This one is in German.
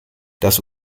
das